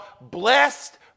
blessed